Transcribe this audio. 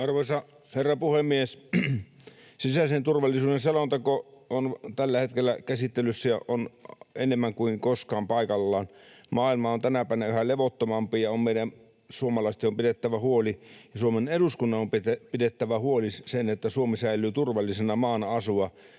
Arvoisa herra puhemies! Sisäisen turvallisuuden selonteko on tällä hetkellä käsittelyssä ja on enemmän kuin koskaan paikallaan. Maailma on tänä päivänä yhä levottomampi, ja meidän suomalaisten ja Suomen eduskunnan on pidettävä huoli, että Suomi säilyy turvallisena maana asua